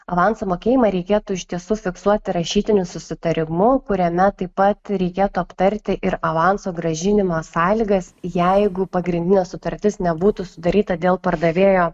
avanso mokėjimą reikėtų iš tiesų fiksuoti rašytiniu susitarimu kuriame taip pat reikėtų aptarti ir avanso grąžinimo sąlygas jeigu pagrindinė sutartis nebūtų sudaryta dėl pardavėjo